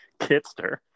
Kitster